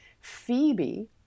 Phoebe